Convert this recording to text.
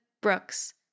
Brooks